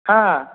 ஆ